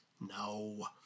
No